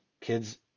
Kids